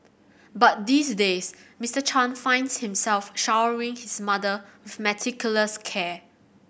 but these days Mister Chan finds himself showering his mother with meticulous care